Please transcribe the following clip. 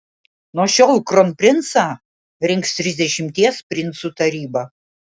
nuo šiol kronprincą rinks trisdešimties princų taryba